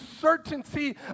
certainty